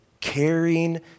caring